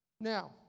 Now